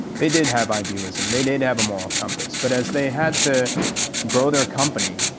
they did have idealism. they did have a moral compass. but as they had to grow their company,